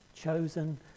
Chosen